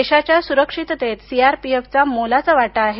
देशाच्या सुरक्षिततेत सीआरपीएफ चा मोलाचा वाटा आहे